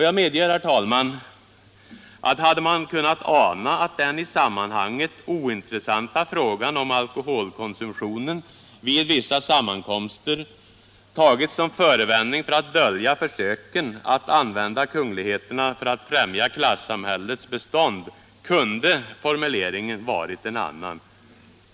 Jag medger, herr talman, att hade man kunnat ana att den i sammanhanget ointressanta frågan om alkoholkonsumtionen vid vissa sammankomster skulle tas som förevändning för att dölja försöken att använda kungligheterna för att främja klassamhällets bestånd, kunde formuleringen varit en annan.